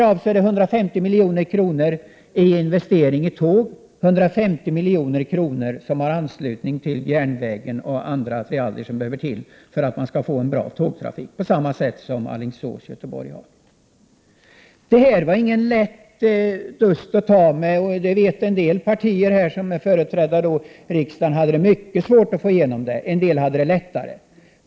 Därav går 150 miljoner till investering i tåg, och 150 miljoner har anslutning till järnvägen och andra attiraljer som är nödvändiga för att tågtrafiken skall bli bra, på samma sätt som mellan Alingsås och Göteborg. Det här var ingen lätt dust att ta. Det vet en del partier, som är företrädare i riksdagen. De hade mycket svårt att få igenom detta, andra hade det lättare.